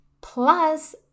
plus